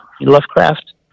Lovecraft